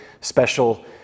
special